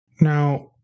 Now